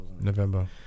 November